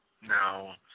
Now